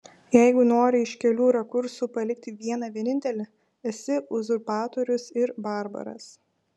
jeigu nori iš kelių rakursų palikti vieną vienintelį esi uzurpatorius ir barbaras